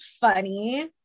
funny